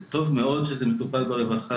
זה טוב מאוד שזה מטופל ברווחה,